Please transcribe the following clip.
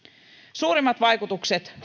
suurimmat vaikutukset